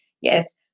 yes